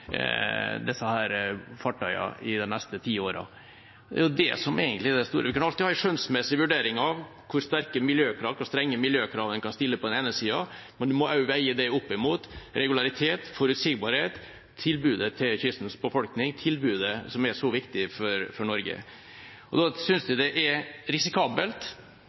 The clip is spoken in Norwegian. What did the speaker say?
i de neste ti årene. Det er det som egentlig er det store. Vi kan alltid ha en skjønnsmessig vurdering av hvor strenge miljøkrav man kan stille på den ene siden, men man må også veie det opp imot regularitet, forutsigbarhet, tilbudet til kystens befolkning, tilbudet som er så viktig for Norge. Da synes jeg det er risikabelt